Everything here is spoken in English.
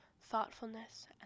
thoughtfulness